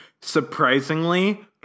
surprisingly